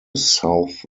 south